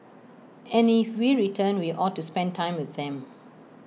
and if we return we ought to spend time with them